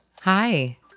Hi